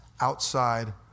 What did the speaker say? outside